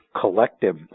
collective